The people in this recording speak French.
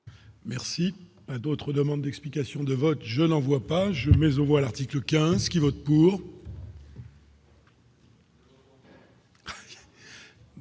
Merci à d'autres demandes d'explications de vote, je n'en vois pas mais au moins, l'article 15 qui vote pour.